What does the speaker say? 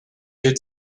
could